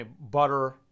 butter